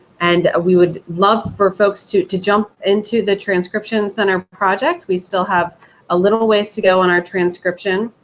and we would love for folks to to jump into the transcription center project. we still have a little ways to go on our transcription.